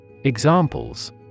Examples